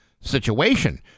situation